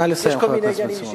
נא לסיים, חבר הכנסת בן-סימון.